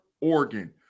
Oregon